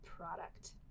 product